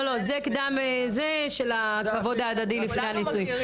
לא, זה לכבוד ההדדי לפני הנישואים.